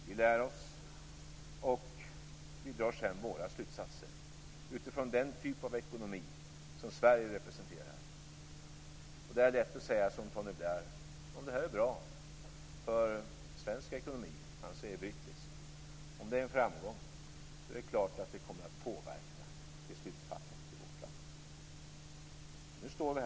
Vi lär oss, och vi drar sedan våra slutsatser utifrån den typ av ekonomi som Sverige representerar. Det är då lätt att säga som Tony Blair: Om det här blir en framgång och är bra för svensk ekonomi - han säger brittisk ekonomi - är det klart att det kommer att påverka beslutsfattandet i vårt land. Nu står vi här och skall använda detta läge.